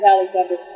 Alexander